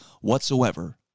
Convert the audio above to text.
whatsoever